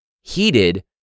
heated